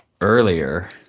earlier